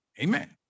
Amen